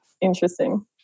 interesting